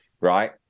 Right